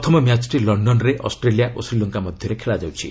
ପ୍ରଥମ ମ୍ୟାଚ୍ଟି ଲଣ୍ଡନରେ ଅଷ୍ଟ୍ରେଲିଆ ଓ ଶ୍ରୀଲଙ୍କା ମଧ୍ୟରେ ଖେଳାଯାଉଛି